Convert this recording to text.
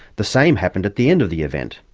the same happened at the end of the event.